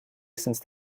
since